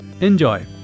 Enjoy